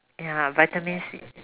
ya vitamin-C